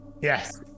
yes